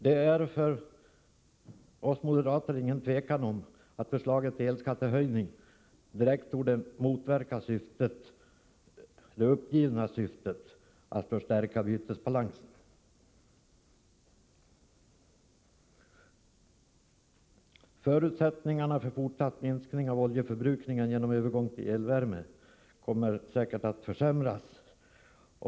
För oss moderater råder det inget tvivel om att förslaget till elskattehöjning direkt motverkar det uppgivna syftet att förstärka bytesbalansen. Förutsättningarna för fortsatt minskning av oljeförbrukningen genom övergång till elvärme kommer att försämras.